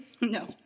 No